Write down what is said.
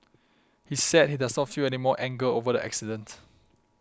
he said he does not feel any more anger over the accident